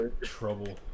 trouble